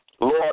Lord